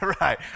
right